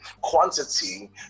quantity